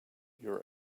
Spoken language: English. your